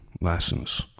lessons